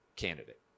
candidate